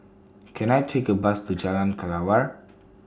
Can I Take A Bus to Jalan Kelawar